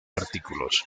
artículos